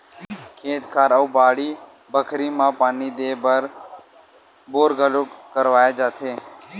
खेत खार अउ बाड़ी बखरी म पानी देय बर बोर घलोक करवाए जाथे